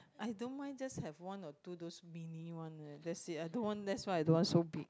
I don't mind just have one or two those mini one leh that's I don't want that much I don't want so big